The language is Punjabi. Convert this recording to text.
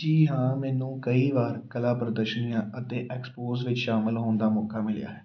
ਜੀ ਹਾਂ ਮੈਨੂੰ ਕਈ ਵਾਰ ਕਲਾ ਪ੍ਰਦਰਸ਼ਨੀਆਂ ਅਤੇ ਐਕਸਪੋਜ ਵਿੱਚ ਸ਼ਾਮਿਲ ਹੋਣ ਦਾ ਮੌਕਾ ਮਿਲਿਆ ਹੈ